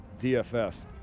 DFS